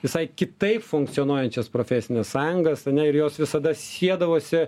visai kitaip funkcionuojančias profesines sąjungas ane ir jos visada siedavosi